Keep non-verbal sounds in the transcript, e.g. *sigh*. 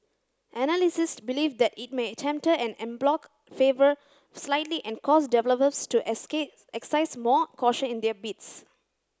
*unintelligible* believe that it may *unintelligible* en bloc fervour slightly and cause developers to *unintelligible* exercise more caution in their bids